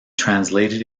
translated